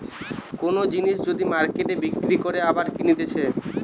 কোন জিনিস যদি মার্কেটে বিক্রি করে আবার কিনতেছে